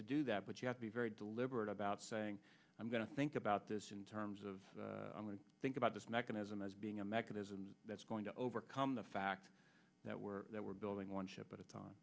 to do that but you have to be very deliberate about saying i'm going to think about this in terms of i'm going to think about this mechanism as being a mechanism that's going to overcome the fact that we're that we're building one ship at a